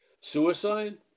Suicide